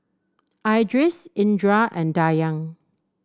Idris Indra and Dayang